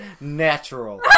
Natural